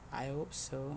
I hope so